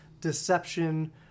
deception